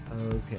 Okay